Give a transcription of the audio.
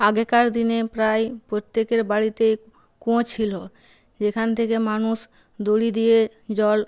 আগেকার দিনে প্রায় প্রত্যেকের বাড়িতে কুঁয়ো ছিলো যেখান থেকে মানুষ দড়ি দিয়ে জল